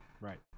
Right